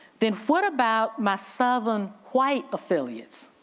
then what about my southern white affiliates?